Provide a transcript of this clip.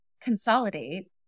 consolidate